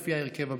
לפי ההרכב הבא: